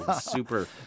Super